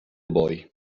boy